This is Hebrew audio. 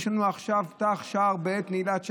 יש לנו עכשיו פתח שער בעת נעילת שער.